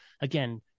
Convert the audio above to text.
again